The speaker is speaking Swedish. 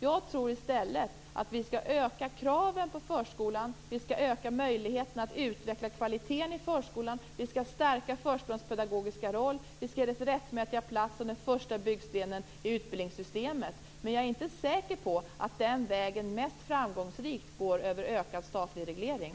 Jag tror i stället att vi skall öka kraven på förskolan och öka möjligheterna att utveckla kvaliteten i förskolan. Vi skall stärka förskolans pedagogiska roll. Vi skall ge den dess rättmätiga plats som den första byggstenen i utbildningssystemet. Men jag är inte säker på att den vägen mest framgångsrikt går över ökad statlig reglering.